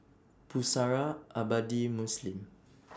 Pusara Abadi Muslim